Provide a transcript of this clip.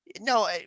No